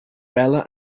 bella